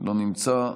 לא נמצא,